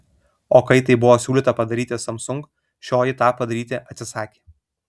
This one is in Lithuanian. o kai tai buvo siūlyta padaryti samsung šioji tą padaryti atsisakė